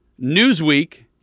Newsweek